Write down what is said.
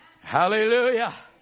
Hallelujah